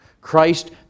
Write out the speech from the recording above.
Christ